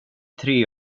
tre